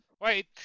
Wait